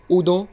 ਉਦੋਂ